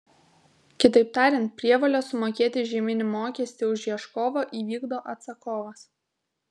kitaip tariant prievolę sumokėti žyminį mokestį už ieškovą įvykdo atsakovas